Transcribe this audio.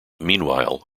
meanwhile